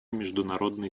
международной